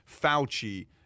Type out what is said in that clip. Fauci